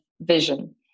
vision